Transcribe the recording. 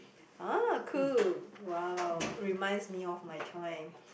!ah! cool !wow! reminds me of my time